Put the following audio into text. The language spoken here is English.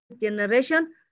generation